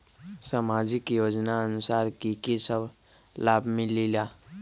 समाजिक योजनानुसार कि कि सब लाब मिलीला?